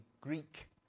Greek